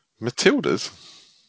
Matildas